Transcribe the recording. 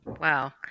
Wow